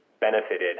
benefited